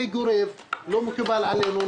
זה גורף ולא מקובל עלינו.